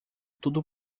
tudo